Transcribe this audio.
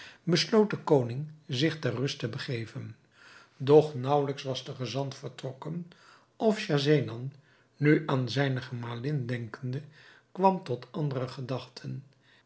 de koning zich ter rust te begeven doch nauwelijks was de gezant vertrokken of schahzenan nu aan zijne gemalin denkende kwam tot andere gedachten